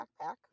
backpack